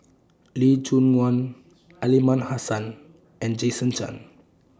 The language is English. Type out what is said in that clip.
Lee Choon Guan Aliman Hassan and Jason Chan